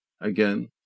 Again